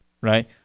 right